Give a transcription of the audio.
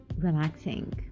Relaxing